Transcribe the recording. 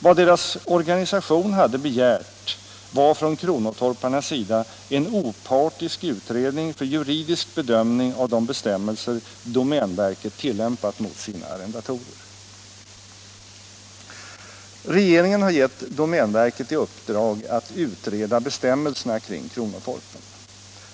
Vad kronotorparnas organisation hade begärt var en opartisk utredning för juridisk bedömning av de bestämmelser domänverket tilllämpat mot sina arrendatorer. Regeringen har gett domänverket i uppdrag att utreda bestämmelserna kring kronotorpen.